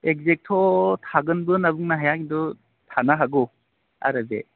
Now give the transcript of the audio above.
एक्जेक्थ' थागोनबो होनना बुंनो हाया किन्तु थानो हागौ आरो बे